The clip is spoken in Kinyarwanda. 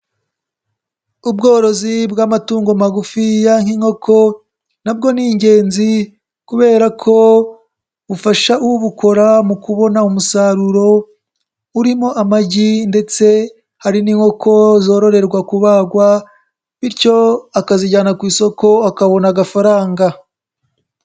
Ubworozi bw'amatungo magufiya nk'inkoko na bwo ni ingenzi kubera ko bufasha ubukora mu kubona umusaruro urimo amagi ndetse hari n'inkoko zoroherwa kubagwa, bityo akazijyana ku isoko akabona agafaranga.